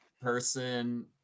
person